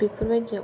बेफोरबायदियाव